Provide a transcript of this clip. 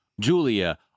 Julia